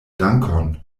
dankon